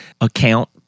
account